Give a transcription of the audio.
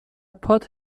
پات